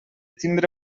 tindre